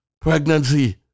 pregnancy